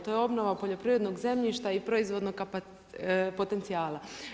To je obnova poljoprivrednog zemljišta i proizvodnog potencijala.